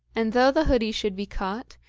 and though the hoodie should be caught,